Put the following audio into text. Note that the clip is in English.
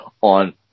on